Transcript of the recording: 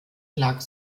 lag